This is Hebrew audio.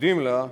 עדים לה,